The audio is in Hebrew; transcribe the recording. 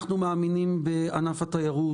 אנחנו מאמינים בענף התיירות,